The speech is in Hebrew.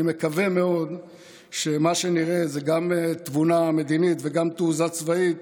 אני מקווה מאוד שמה שנראה זה גם תבונה מדינית וגם תעוזה צבאית